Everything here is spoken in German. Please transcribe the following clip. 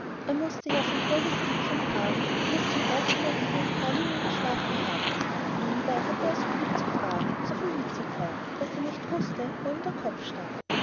er mußte ja sein holdes idchen fragen wie es zum erstenmal wieder in freilingen geschlafen habe nebenbei hatte er so viel zu fragen so viel mitzuteilen daß er nicht wußte wo ihm der kopf stand